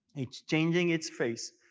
it's changing its face,